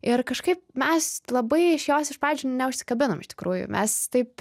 ir kažkaip mes labai iš jos iš pradžių neužsikabinom iš tikrųjų mes taip